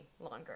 longer